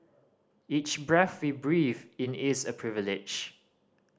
each breath we breathe in is a privilege